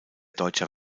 deutscher